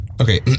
Okay